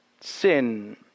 Sin